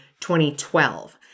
2012